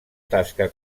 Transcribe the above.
tasca